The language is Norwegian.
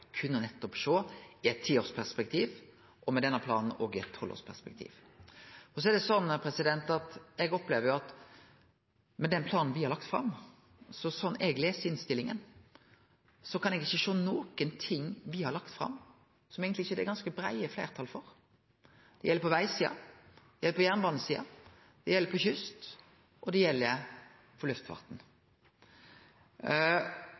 sjå i et tiårsperspektiv – og med denne planen òg i eit tolvårsperspektiv. Eg opplever at med den planen me har lagt fram, slik eg les innstillinga, er det ikkje noko av det me har lagt fram, som det eigentleg ikkje er ganske breie fleirtall for. Det gjeld på vegsida, det gjeld på jernbanesida, det gjeld på kyst, og det gjeld for luftfarten.